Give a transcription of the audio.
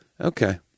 Okay